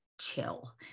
chill